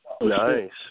Nice